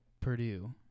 Purdue